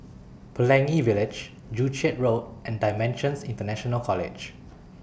Pelangi Village Joo Chiat Road and DImensions International College